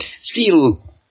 seal